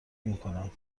نمیکنم